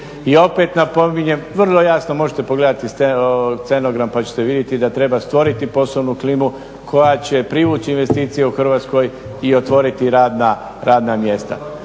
I opet napominjem, vrlo jasno, možete pogledati scenogram pa ćete vidjeti da treba stvoriti pozitivnu klimu koja će privući investicije u Hrvatskoj i otvoriti radna mjesta.